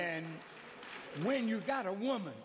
and when you've got a woman